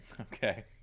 okay